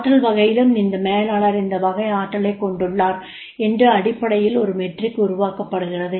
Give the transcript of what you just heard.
ஆற்றல் வகையிலும் இந்த மேலாளர் இந்த வகை ஆற்றலைக் கொண்டுள்ளார் என்று அடிப்படையில் ஒரு மெட்ரிக் உருவாக்கப்படுகிறது